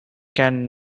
can